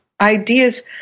ideas